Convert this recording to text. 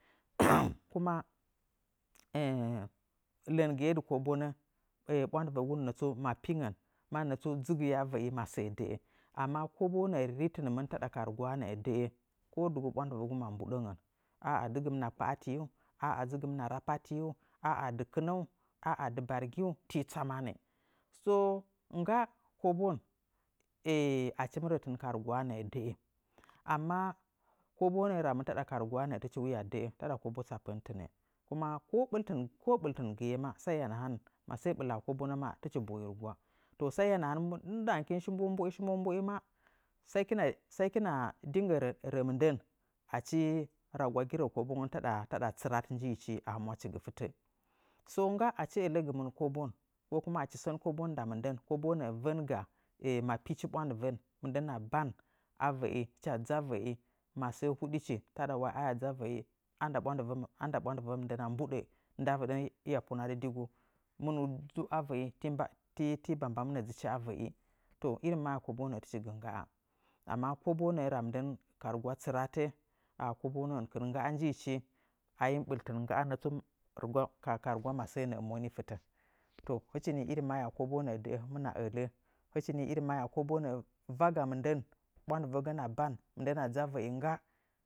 kuma ləgɨye dɨ kobonə ɓwandɨrə gunə tsu ma pingən mannə tsu dzɨgɨye a vəi masəə dəə. Amma koboo nəə ritɨnmɨn taɗa ka rugwaa nəə dəə ko dugu ɓwandɨvəgu mambuɗəngən. Ah ah dɨgɨimɨna kpaatiyu? Ah dɨgɨmɨna rapatiyu? Ah ah dɨkɨnan? Ah ah dɨbargiu? Tii tsamanu, so ngga kobon bwang achi mɨ rətɨn ka rugwaa nəə dəə amma koboo nəə ramɨn taɗa karugwaa nəə tɨchi waa dəə, taɗa kobo tsappə nɨtɨn kuma ko ɓɨltɨngɨye maa sai hiya nahan indɨɗangəkin shi mbom mbommboe maa sai hɨkina asi hɨkina dinggə rə mɨndən achi ragwagi rə kobongon taɗa tsɨrat njichi a humwachigɨ fɨtə. So ngga achi ələgɨmɨn kobon ko kuma achi sən kobon nda mɨndən koboo nəə vənga mapichi ɓwandɨvən mɨndəna ban avəi hɨ cha dzɨ avəi hɨcha dzɨ avəi masəə huɗichi taɗa wai a nda bwandɨvə mɨndəna mbuɗə ndavɨɗən hiya punadɨ digu. Mɨnu du a vəi tii mba mba mɨnə dzɨchi avəi. Irin mahyaa koboo nəə tɨchi gɨ nggaa amma koboo nəə ra mɨndən ka rugwa tsɨratə kobounəngən ngga njiichi a hii mɨ bɨttɨn ngga nə tsu ka rugwa ayam mom fɨtə so, hɨchinii mahyaa koboo nəə dəə hɨmɨna ələ, hɨchi nii mahyaa koboo vaga mɨndən ɓwandɨvəgəna ban mɨndəna dzɨ a vəi ngga.